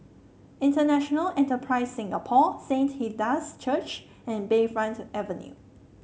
International Enterprise Singapore Saint Hilda's Church and Bayfront Avenue